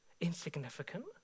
insignificant